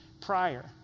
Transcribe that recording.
prior